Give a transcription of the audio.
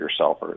yourselfers